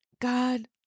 God